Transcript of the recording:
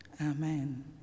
Amen